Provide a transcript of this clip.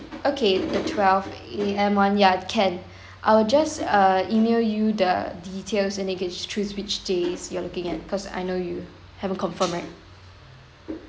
okay the twelve A_M one yeah can I will just uh email you the details and then you can choose which days you are looking at cause I know you haven't confirm right